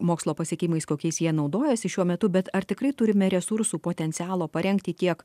mokslo pasiekimais kokiais jie naudojasi šiuo metu bet ar tikrai turime resursų potencialo parengti tiek